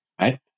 right